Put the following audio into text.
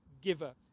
giver